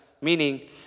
Meaning